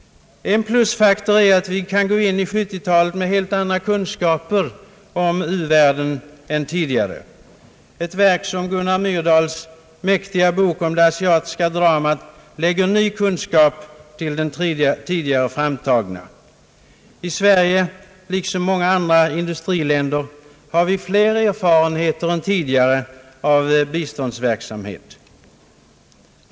En plusfaktor är att vi kan gå in i 1970-talet med helt andra kunskaper om u-världen än tidigare. Ett verk som Gunnar Myrdals mäktiga bok om det »Asiatiska dramat» lägger ny kunskap till den tidigare framtagna. I Sverige liksom i många andra industriländer har vi fler erfarenheter än tidigare om biståndsverksamhet.